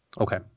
Okay